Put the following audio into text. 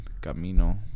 camino